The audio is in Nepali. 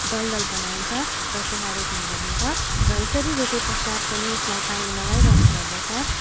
दल दल बनाइन्छ र त्यहाँ रोप्ने गरिन्छ र यसरी रोपे पश्चात् पनि यसलाई पानी लगाइरहनु पर्दछ